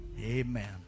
Amen